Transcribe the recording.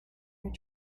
your